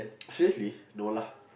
seriously no lah